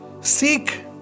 Seek